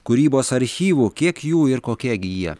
kūrybos archyvų kiek jų ir kokie gi jie